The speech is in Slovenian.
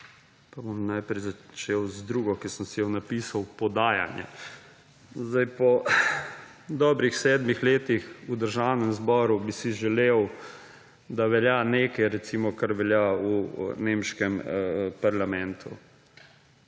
pa bom najprej začel z drugo, ki sem si jo napisal podajanje. Po dobrih sedmih letih v Državnem zboru bi si želel, da velja nekaj recimo, kar velja v nemškem parlamentu,